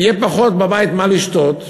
יהיה פחות מה לשתות בבית.